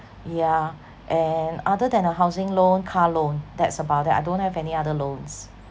yeah and other than a housing loan car loan that's about it I don't have any other loans